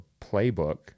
playbook